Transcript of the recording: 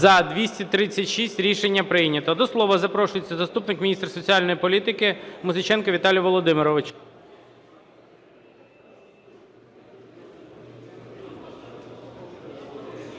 За-236 Рішення прийнято. До слова запрошується заступник міністра соціальної політики Музиченко Віталій Володимирович.